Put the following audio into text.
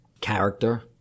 Character